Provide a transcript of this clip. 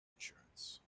insurance